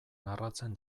narratzen